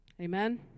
Amen